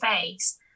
face